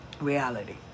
reality